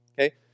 Okay